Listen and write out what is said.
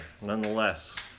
nonetheless